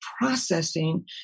processing